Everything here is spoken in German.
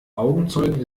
augenzeugen